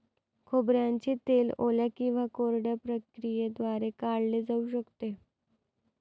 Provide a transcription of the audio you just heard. खोबऱ्याचे तेल ओल्या किंवा कोरड्या प्रक्रियेद्वारे काढले जाऊ शकते